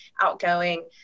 outgoing